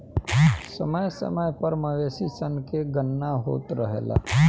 समय समय पर मवेशी सन के गणना होत रहेला